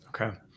Okay